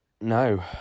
no